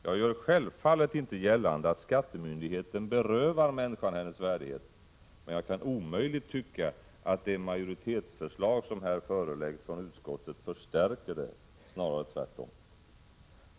Jag gör självfallet inte gällande att skattemyndigheten berövar människan hennes värdighet, men jag kan omöjligt tycka att det majoritetsförslag som här föreläggs från utskottet förstärker det, snarare tvärtom.